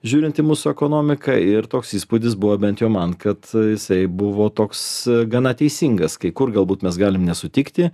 žiūrint į mūsų ekonomiką ir toks įspūdis buvo bent jau man kad jisai buvo toks gana teisingas kai kur galbūt mes galim nesutikti